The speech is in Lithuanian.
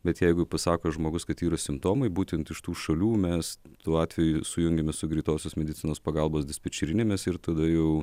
bet jeigu pasako žmogus kad yra simptomai būtent iš tų šalių mes tuo atveju sujungiame su greitosios medicinos pagalbos dispečerinėmis ir tada jau